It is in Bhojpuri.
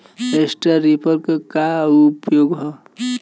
स्ट्रा रीपर क का उपयोग ह?